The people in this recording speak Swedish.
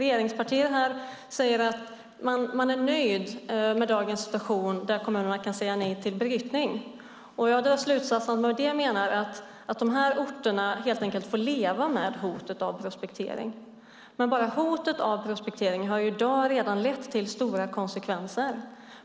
Regeringspartierna här säger att man är nöjd med dagens situation att kommunerna kan säga nej till brytning. Jag drar slutsatsen att man med det menar att de här orterna helt enkelt får leva med hotet om prospektering. Men bara hotet om prospektering har i dag redan lett till stora konsekvenser.